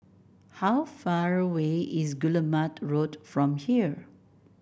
how far away is Guillemard Road from here